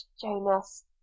jonas